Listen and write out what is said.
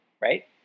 right